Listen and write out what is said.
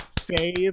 Save